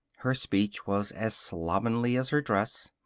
her speech was as slovenly as her dress.